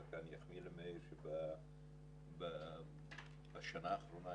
דווקא אני אחמיא למאיר שבשנה האחרונה